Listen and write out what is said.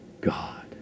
God